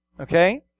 Okay